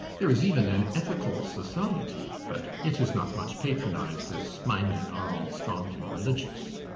there is even an ethical society but it is not much patronized, as my men are all strongly religious.